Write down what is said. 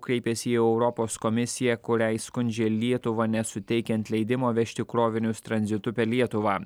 kreipėsi į europos komisiją kuriai skundžia lietuvą nesuteikiant leidimo vežti krovinius tranzitu per lietuvą